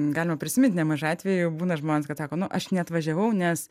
galima prisimint nemažai atvejų būna žmonės kad sako nu aš neatvažiavau nes